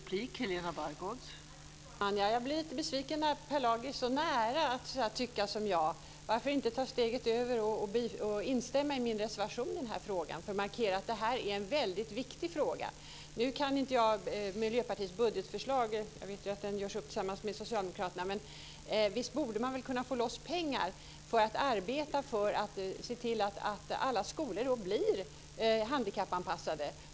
Fru talman! Jag blir lite besviken när Per Lager är så nära att tycka som jag. Varför inte ta steget över och instämma i min reservation i frågan för att markera att detta är en väldigt viktig fråga? Nu kan inte jag Miljöpartiets budgetförslag - jag vet ju att budgeten görs upp tillsammans med Socialdemokraterna - men visst borde man väl kunna få loss pengar för att arbeta för att alla skolor blir handikappanpassade.